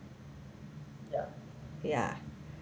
ya